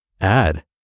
add